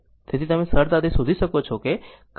તેથી તમે સરળતાથી શોધી શકો છો કે કરંટ શું છે i